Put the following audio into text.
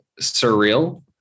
surreal